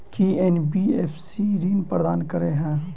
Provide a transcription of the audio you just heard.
की NBFC ऋण प्रदान करे है?